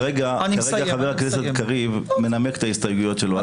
כרגע חבר הכנסת קריב מנמק את ההסתייגויות שלו,